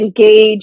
engage